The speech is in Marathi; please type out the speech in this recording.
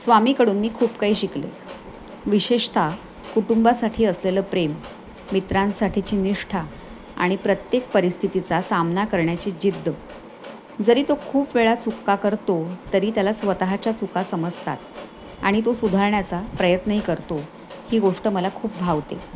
स्वामीकडून मी खूप काही शिकले विशेषतः कुटुंबासाठी असलेलं प्रेम मित्रांसाठीची निष्ठा आणि प्रत्येक परिस्थितीचा सामना करण्याची जिद्द जरी तो खूप वेळा चुका करतो तरी त्याला स्वतःच्या चुका समजतात आणि तो सुधारण्याचा प्रयत्नही करतो ही गोष्ट मला खूप भावते